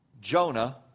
Jonah